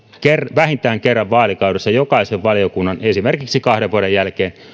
vähintään kerran vaalikaudessa jokaisen valiokunnan esimerkiksi kahden vuoden jälkeen